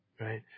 Right